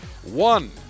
One